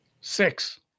Six